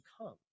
come